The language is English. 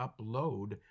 upload